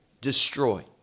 destroyed